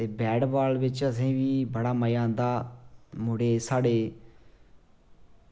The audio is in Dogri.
ते बैट बॉल बिच असेंगी बड़ा मज़ा आंदा मुड़े साढ़े